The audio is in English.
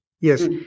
Yes